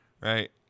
right